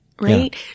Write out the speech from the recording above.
right